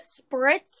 spritz